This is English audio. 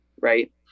right